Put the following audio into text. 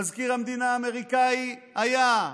מזכיר המדינה האמריקאי היה,